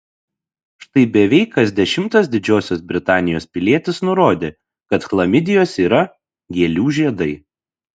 štai beveik kas dešimtas didžiosios britanijos pilietis nurodė kad chlamidijos yra gėlių žiedai